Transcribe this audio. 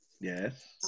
Yes